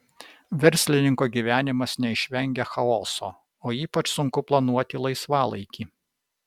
verslininko gyvenimas neišvengia chaoso o ypač sunku planuoti laisvalaikį